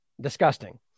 disgusting